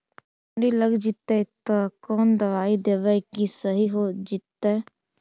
सुंडी लग जितै त कोन दबाइ देबै कि सही हो जितै?